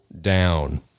down